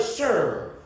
serve